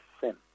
sin